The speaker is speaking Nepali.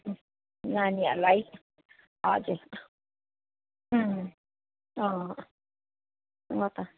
नानीहरूलाई हजुर हो त